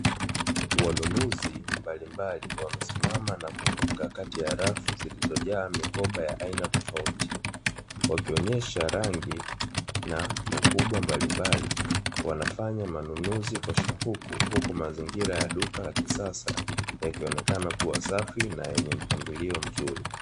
Wanunuzi mbalimbali wamesimama na kuvuka kati ya rafu zilizojaa mikoba ya aina tofauti, wakionyesha rangi na ukubwa mbalimbali wanafanya manunuzi kwa shauku huku mazingira ya duka la kisasa, yakionekana kuwa safi na yenye mpangilio mzuri.